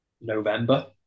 November